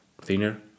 thinner